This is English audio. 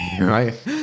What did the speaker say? right